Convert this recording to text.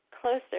closer